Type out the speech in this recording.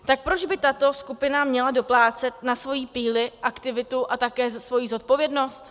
Tak proč by tato skupina měla doplácet na svoji píli, aktivitu a také svoji zodpovědnost?